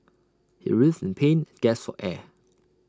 he writhed in pain and gasped for air